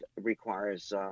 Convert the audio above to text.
requires